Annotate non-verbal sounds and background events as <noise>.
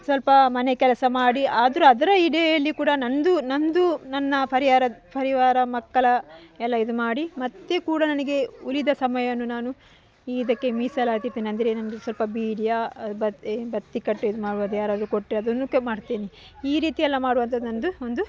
ಸ್ವಲ್ಪ ಮನೆ ಕೆಲಸ ಮಾಡಿ ಆದ್ರೂ ಅದರ ಎಡೆಯಲ್ಲಿ ಕೂಡ ನನ್ನದು ನಮ್ಮದು ನನ್ನ ಪರಿವಾರ ಪರಿವಾರ ಮಕ್ಕಳ ಎಲ್ಲ ಇದು ಮಾಡಿ ಮತ್ತು ಕೂಡ ನನಗೆ ಉಳಿದ ಸಮಯವನ್ನು ನಾನು ಇದಕ್ಕೆ ಮೀಸಲಾಗಿಡ್ತೇನೆ ಅಂದರೆ ನನಗೆ ಸ್ವಲ್ಪ ಬೀಡಿಯ ಬತ್ತಿ ಈ ಬತ್ತಿ ಕಟ್ಟು ಇದು <unintelligible> ಯಾರಾದ್ರೂ ಕೊಟ್ಟರೆ ಅದನ್ನು ಕೆ ಮಾಡ್ತೀನಿ ಈ ರೀತಿಯೆಲ್ಲ ಮಾಡುವಂಥದ್ದು ನನ್ನದು ಒಂದು